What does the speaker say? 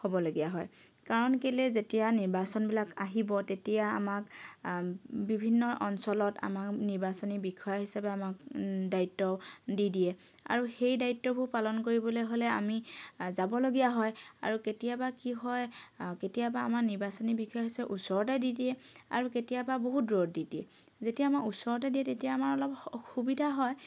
হ'বলগীয়া হয় কাৰণ কেলৈ যেতিয়া নিৰ্বাচনবিলাক আহিব তেতিয়া আমাক বিভিন্ন অঞ্চলত আমাক নিৰ্বাচনী বিষয়া হিচাপে আমাক দায়িত্ব দি দিয়ে আৰু সেই দায়িত্ববোৰ পালন কৰিবলৈ হ'লে আমি যাবলগীয়া হয় আৰু কেতিয়াবা কি হয় কেতিয়াবা আমাক নিৰ্বাচনী বিষয়া ওচৰতে দি দিয়ে আৰু কেতিয়াবা বহুত দূৰত দি দিয়ে যেতিয়া আমাৰ ওচৰতে দিয়ে তেতিয়া আমাৰ অলপ সুবিধা হয়